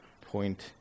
point